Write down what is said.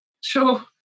Sure